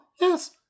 yes